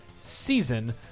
season